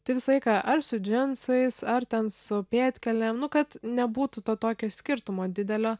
tai visą laiką ar su džinsais ar ten su pėdkelnėm nu kad nebūtų to tokio skirtumo didelio